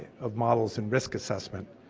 of models in risk assessment.